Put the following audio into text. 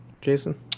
Jason